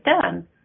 done